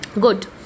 good